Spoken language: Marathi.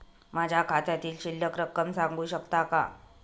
माझ्या खात्यातील शिल्लक रक्कम सांगू शकता का?